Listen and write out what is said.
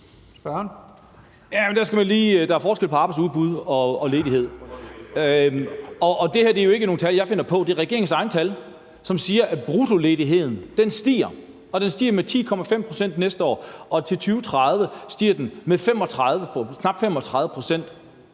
Der er forskel på arbejdsudbud og ledighed. Det her er jo ikke nogle tal, jeg finder på; det er regeringens egne tal, som siger, at bruttoledigheden stiger, og den stiger med 10,5 pct. næste år, og til 2030 stiger den med knap 35 pct.